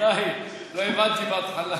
לא הבנתי בהתחלה.